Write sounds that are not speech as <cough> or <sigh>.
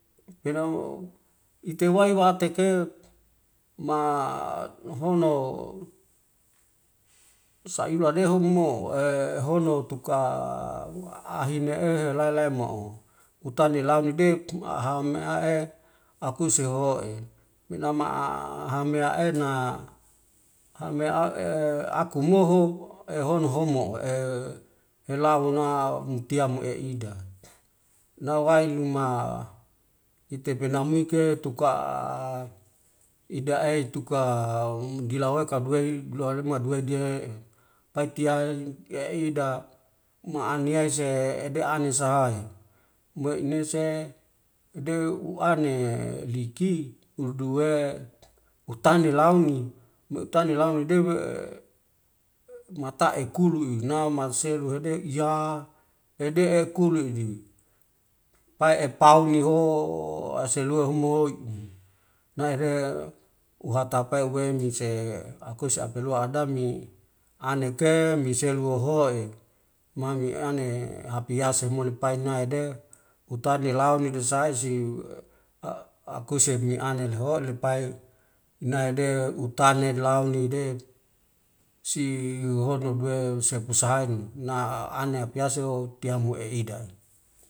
Penamo itewai wateke ma <hesitation> hono sailuadeho mo <hesitation> hono tuka hine ehe lailaimo'o utani lamu de <noise> aha me ae akuse hoe menama <hesitation> hamea ena hame <hesitation> akumoho ehono homo <hesitation> elahuna mutimo eida nawai luma ite penamuike tuka <hesitation> idaei tuka dilaweka duei dualuma duwei die'e paitia'i eida maaniai se'ede ane sahae, me enese ede uane liki uduwe utani launi meutani launi debe <hesitation> matai kulu ina maselu hedei ya ede'e kulidi, pai epauniho aselua homuoi'i naide uhatapai uweini se akuse apelua adami aneke miselu wuahoi mamiane hapiase molepai naide utadi launi desaisi akuse me ane leho lepai naide utane launide si hono duwe usepusahai na aane piaseho tiamo eida.